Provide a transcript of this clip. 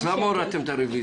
אז למה הורדתם את הרוויזיה?